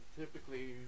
typically